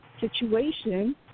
situation